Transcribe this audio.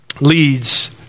leads